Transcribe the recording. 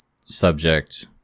subject